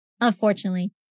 unfortunately